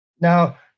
Now